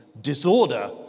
disorder